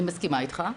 אני מסכימה איתך,